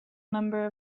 number